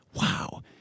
wow